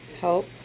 Help